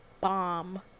bomb